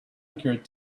occurred